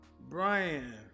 Brian